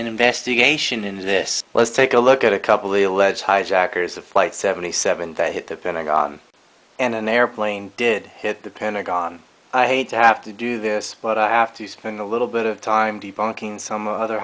investigation into this let's take a look at a couple of the alleged hijackers of flight seventy seven that hit the pentagon and an airplane did hit the pentagon i hate to have to do this but i have to spend a little bit of time